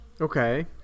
Okay